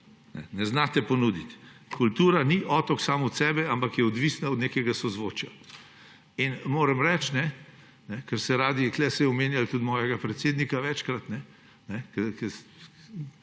Ne znate ponuditi. Kultura ni otok sam od sebe, ampak je odvisna od nekega sozvočja. Moram reči, ker ste tu večkrat omenjali tudi mojega predsednika, ker